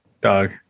Dog